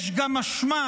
יש גם אשמה.